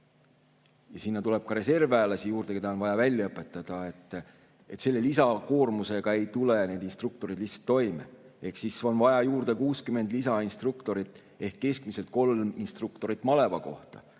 Sinna tuleb juurde ka reservväelasi, keda on vaja välja õpetada. Selle lisakoormusega ei tule need instruktorid lihtsalt toime. On vaja juurde 60 instruktorit ehk keskmiselt kolm instruktorit maleva kohta,